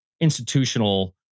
institutional